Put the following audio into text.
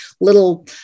little